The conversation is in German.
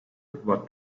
war